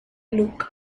luke